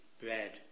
bread